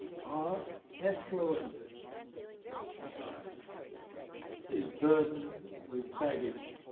our affluent society is burdened with baggage.